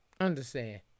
understand